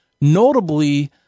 Notably